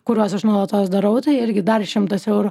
kuriuos aš nuolatos darau tai irgi dar šimtas eurų